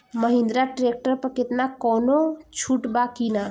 Mahindra tractor पर केतना कौनो छूट बा कि ना?